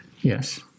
Yes